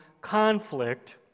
conflict